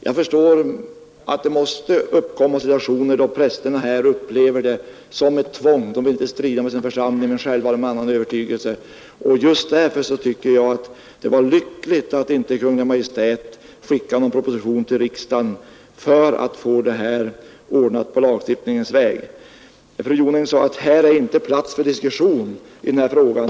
Jag förstår att det måste uppkomma situationer då prästerna upplever detta som ett tvång. De vill inte strida med sin församling men själva har de en annan övertygelse. Just därför tycker jag det var lyckligt att Kungl. Maj:t inte skickade någon proposition till riksdagen för att få det här ordnat på lagstiftningens väg. Fru Jonäng sade att här är inte platsen för diskussion i den här frågan.